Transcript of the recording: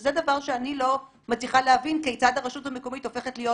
שזה דבר שאני לא מצליחה להבין כיצד הרשות המקומית הופכת להיות